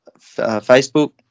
Facebook